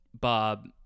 Bob